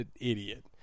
idiot